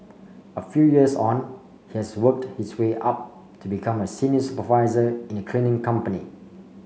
a few years on he has worked his way up to become a senior supervisor in a cleaning company